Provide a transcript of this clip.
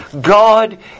God